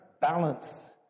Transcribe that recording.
balance